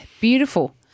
beautiful